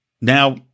Now